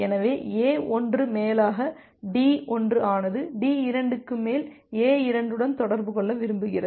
எனவே A1 மேலாக D1 ஆனது D2 க்கு மேல் A2 உடன் தொடர்பு கொள்ள விரும்புகிறது